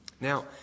Now